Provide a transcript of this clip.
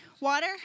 water